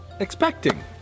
Expecting